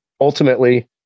Ultimately